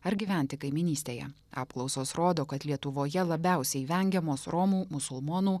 ar gyventi kaimynystėje apklausos rodo kad lietuvoje labiausiai vengiamos romų musulmonų